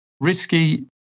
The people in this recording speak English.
risky